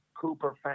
Cooper